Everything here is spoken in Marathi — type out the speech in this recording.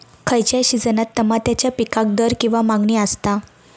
खयच्या सिजनात तमात्याच्या पीकाक दर किंवा मागणी आसता?